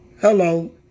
Hello